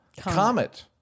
comet